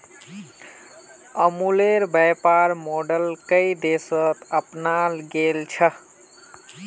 अमूलेर व्यापर मॉडल कई देशत अपनाल गेल छ